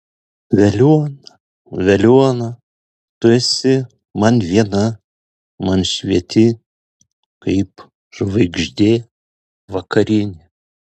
veliuona veliuona tu esi man viena man švieti kaip žvaigždė vakarinė